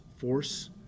force